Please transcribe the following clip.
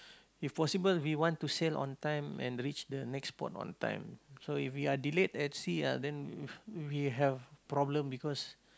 if possible we want to sail on time and reach the next port on time so if we are delayed at sea ah then we we have problem because